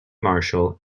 marshall